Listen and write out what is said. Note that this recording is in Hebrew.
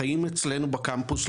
חיים אצלנו בקמפוס.